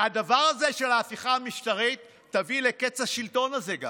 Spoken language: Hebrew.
והדבר הזה של ההפיכה המשטרית יביא גם לקץ השלטון הזה,